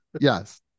Yes